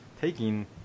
taking